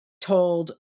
told